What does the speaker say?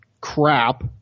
crap